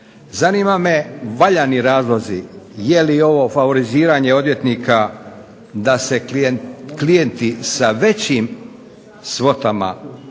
Zanima me valjani razlozi je li ovo favoriziranje odvjetnika da se klijenti sa većim svotama vrijednosti